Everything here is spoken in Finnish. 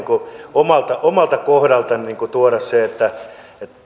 omalta omalta kohdaltani tuoda esiin sen että